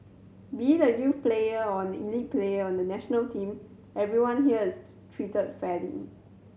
be a youth player or an elite player on the national team everyone here is treated fairly